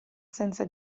senza